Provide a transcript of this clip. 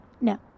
no